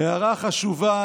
הגדה של פסח.